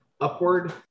upward